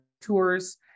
tours